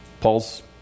Paul's